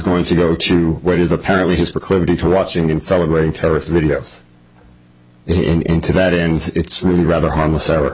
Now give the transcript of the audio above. going to go to what is apparently his proclivity to watching and celebrating terrorist videos into that and it's really rather harmless our